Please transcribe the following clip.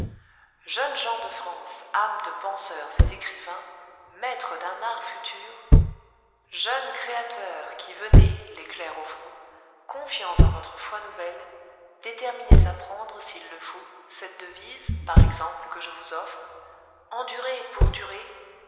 jeunes gens de france âmes de penseurs et d'écrivains maîtres d'un art futur jeunes créateurs qui venez l'éclair au front confiants en votre foi nouvelle déterminés à prendre s'il le faut cette devise par exemple que je vous offre endurer pour durer